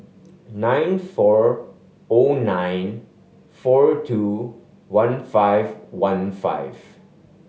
nine four O nine four two one five one five